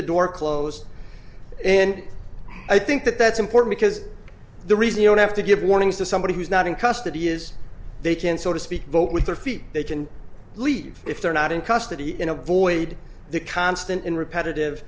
the door closed and i think that that's important because the reason you don't have to give warnings to somebody who's not in custody is they can sort of speak vote with their feet they can leave if they're not in custody in a void the constant and repetitive